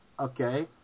okay